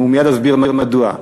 ומייד אסביר מדוע.